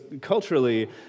culturally